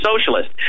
Socialist